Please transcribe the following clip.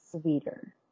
sweeter